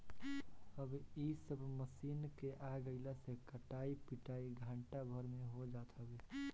अब इ सब मशीन के आगइला से कटाई पिटाई घंटा भर में हो जात हवे